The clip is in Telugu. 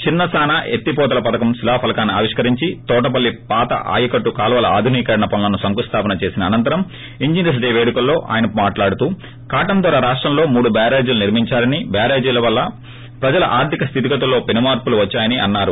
చిన్నసాన ఎత్తిపోతల పథకం శిలాఫలకాన్ని ఆవిష్కరించి తోటపల్లి పాత ఆయకట్లు కాల్వల ఆధునికీకరణ పనులకు శంకుస్లాపన చేసిన అనంతరం ఇంజనీర్చ్ డే సందర్బంగా ఆయన మాట్లాడుతూ కాటన్ దొర రాష్టంలో మూడు బ్యారేజీలు నిర్మిందారని బ్యారేజీల వల్ల ప్రజల ఆర్థిక స్థితిగతుల్లో పెనుమార్పులు వద్సాయని అన్నారు